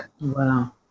Wow